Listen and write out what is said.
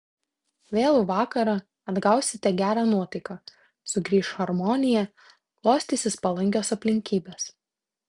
vėlų vakarą atgausite gerą nuotaiką sugrįš harmonija klostysis palankios aplinkybės